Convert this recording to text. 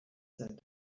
said